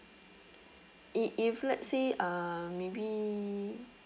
i~ if let's say uh maybe